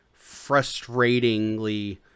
frustratingly